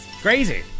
Crazy